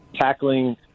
tackling